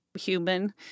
human